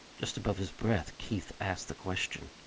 just above his breath keith asked the question.